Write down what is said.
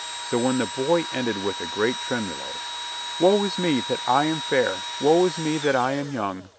so when the boy ended with a great tremolo woe is me that i am fair! woe is me that i am young!